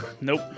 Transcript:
Nope